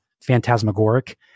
phantasmagoric